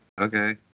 Okay